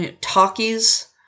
talkies